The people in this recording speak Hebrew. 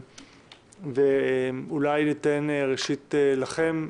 ואולי ניתן ראשית לכם.